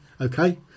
okay